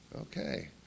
Okay